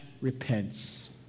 repents